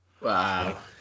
Wow